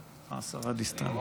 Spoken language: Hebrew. אה, השרה דיסטל.